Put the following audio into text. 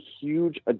huge